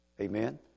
Amen